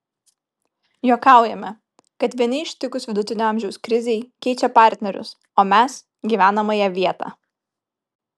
juokaujame kad vieni ištikus vidutinio amžiaus krizei keičia partnerius o mes gyvenamąją vietą